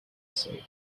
said